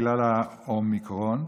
בגלל האומיקרון,